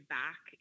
back